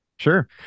Sure